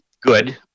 good